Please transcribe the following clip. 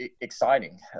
exciting